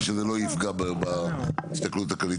שזה לא יפגע בהסתכלות הכללית.